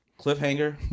Cliffhanger